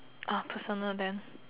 personal then